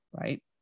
right